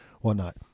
whatnot